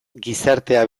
gizartea